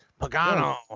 Pagano